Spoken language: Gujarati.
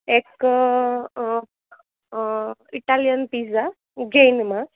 એક ઇટાલિયન પીઝા જૈનમાં